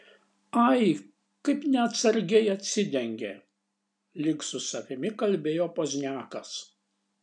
ai kaip neatsargiai atsidengė lyg su savimi kalbėjo pozniakas